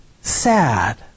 sad